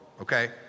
okay